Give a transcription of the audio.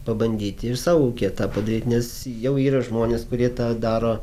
pabandyti ir savo ūkyje tą padaryt nes jau yra žmonės kurie tą daro